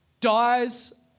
dies